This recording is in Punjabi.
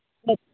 ਅੱਛ